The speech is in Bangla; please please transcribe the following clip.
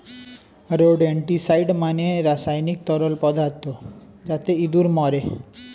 রোডেনটিসাইড মানে রাসায়নিক তরল পদার্থ যাতে ইঁদুর মরে